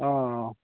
অঁ